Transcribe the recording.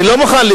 גם עם משמעת